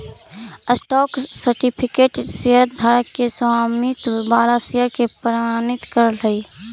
stock certificate शेयरधारक के स्वामित्व वाला शेयर के प्रमाणित करऽ हइ